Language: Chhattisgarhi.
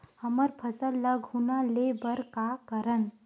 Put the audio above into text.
हमर फसल ल घुना ले बर का करन?